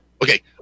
Okay